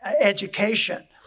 education